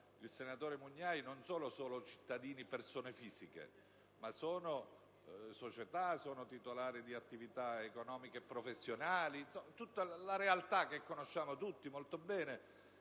il senatore Mugnai non sono solo cittadini persone fisiche, ma sono società, titolari di attività economiche e professionali: insomma, tutta la realtà, che conosciamo tutti molto bene,